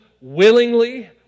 willingly